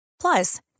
Plus